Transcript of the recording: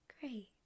Great